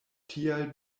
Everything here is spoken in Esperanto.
tial